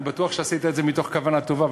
אני בטוח שעשית את זה מתוך כוונה טובה,